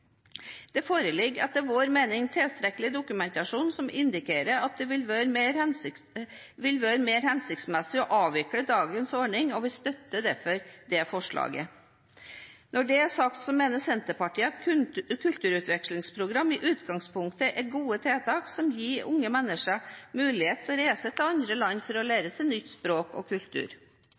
Det foreligger, etter vår mening, tilstrekkelig dokumentasjon som indikerer at det vil være mer hensiktsmessig å avvikle dagens ordning, og vi støtter derfor det forslaget. Når det er sagt, mener Senterpartiet at kulturutvekslingsprogram i utgangspunktet er gode tiltak som gir unge mennesker muligheten til å reise til andre land for å lære nye språk og